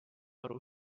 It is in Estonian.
aru